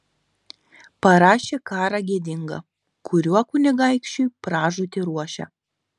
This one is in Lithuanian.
parašė karą gėdingą kuriuo kunigaikščiui pražūtį ruošia